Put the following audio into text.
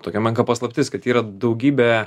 tokia menka paslaptis kad yra daugybė